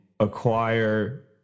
acquire